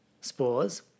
spores